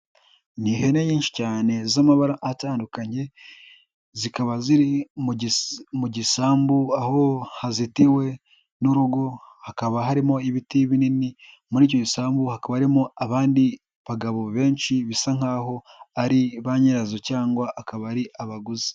Ni ihene nyinshi cyane z'amabara atandukanye, zikaba ziri mu gisambu aho hazitiwe n'urugo, hakaba harimo ibiti binini, muri icyo gisambu hakaba harimo abandi bagabo benshi, bisa nkaho ari ba nyirazo cyangwa akaba ari abaguzi.